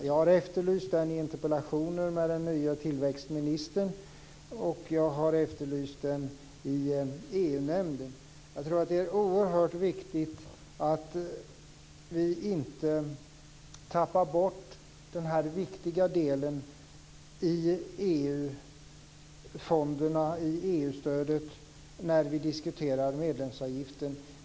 Jag har efterlyst den i interpellationer till den nya tillväxtministern, och jag har efterlyst den i EU-nämnden. Jag tror att det är oerhört viktigt att vi inte tappar bort den här viktiga delen i EU-fonderna och i EU-stödet när vi diskuterar medlemsavgiften.